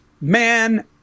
Man